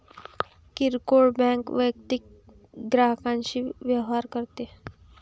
किरकोळ बँक वैयक्तिक ग्राहकांशी व्यवहार करते